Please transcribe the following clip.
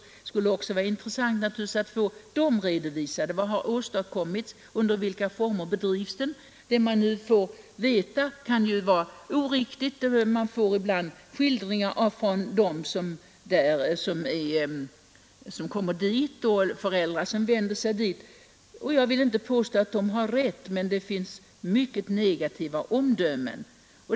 Det skulle vara mycket intressant att också få redovisat vad man har åstadkommit där och under vilka former den verksamheten bedrivs. Det man nu får veta kan ju vara oriktigt. Man får ibland höra en skildring av dem som har kommit till riksförbundet eller av föräldrar som har vänt sig dit, och jag vill inte påstå att de har rätt, men det har ändå fällts många negativa omdömen.